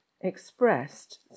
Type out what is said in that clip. expressed